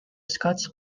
scots